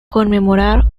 conmemorar